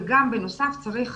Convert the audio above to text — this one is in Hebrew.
וגם בנוסף צריך